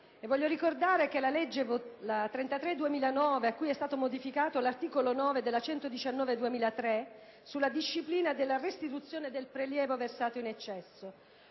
e voglio ricordare che con la legge n. 33 del 2009 è stato modificato l'articolo 9 della legge n. 119 del 2003 sulla disciplina della restituzione del prelievo versato in eccesso,